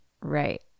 right